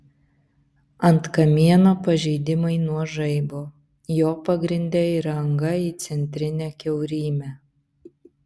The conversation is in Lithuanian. ant kamieno pažeidimai nuo žaibo jo pagrinde yra anga į centrinę kiaurymę